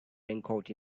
raincoat